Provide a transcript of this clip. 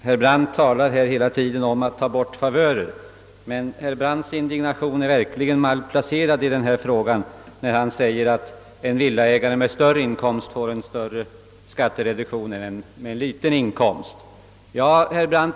Herr talman! Herr Brandt talade hela tiden om att ta bort favörer, men hans indignation var verkligen malplacerad när han sade att en villaägare med en större inkomst får en större skattereduktion än en med liten inkomst. Herr Brandt!